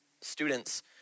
students